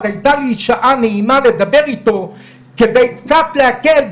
אז הייתה לי שעה נעימה לדבר איתו כדי קצת להקל,